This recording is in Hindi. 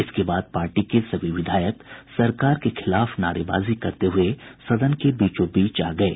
इसके बाद पार्टी के सभी विधायक सरकार के खिलाफ नारेबाजी करते हुए सदन के बीचो बीच आ गये